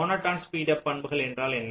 monotone speed up பண்புகள் என்றால் என்ன